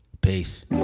Peace